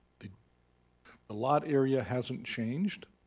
the lot area hasn't changed.